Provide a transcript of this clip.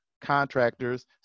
contractors